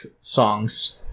songs